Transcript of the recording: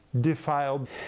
defiled